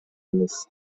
эмес